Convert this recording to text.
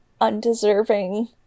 undeserving